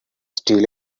steal